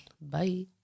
Bye